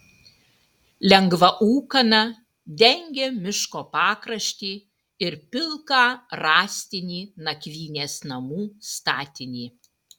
lengva ūkana dengė miško pakraštį ir pilką rąstinį nakvynės namų statinį